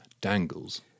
dangles